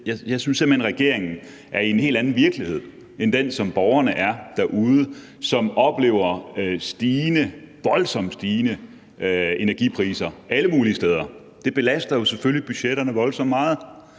hen, regeringen er i en helt anden virkelighed end den, som borgerne derude er i, som oplever voldsomt stigende energipriser alle mulige steder. Det belaster jo selvfølgelig budgetterne voldsomt meget.